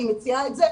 אני מציעה את זה,